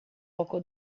poco